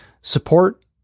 support